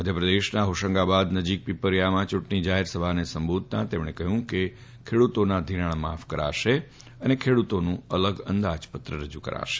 મધ્યપ્રદેશના ફોશંગાબાદ નજીક પિપરીયા ગામે ચૂંટણી જાહેરસભાને સંબોધતાં શ્રી ગાંધીએ કહ્યું કે ખેડૂતોના ધિરાણ માફ કરાશે તથા ખેડૂતોનું અલગ અંદાજપત્ર રજુ કરાશે